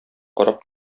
карап